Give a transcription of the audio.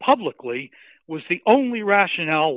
publicly was the only rationale